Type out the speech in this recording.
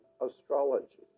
astrology